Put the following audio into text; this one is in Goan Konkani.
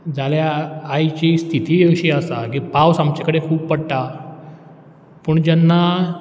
जाल्यार आयची स्थिती अशी आसा की पावस आमचे कडेन खूब पडटा पूण जेन्ना